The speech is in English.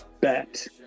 bet